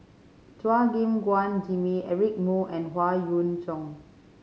Chua Gim Guan Jimmy Eric Moo and Howe Yoon Chong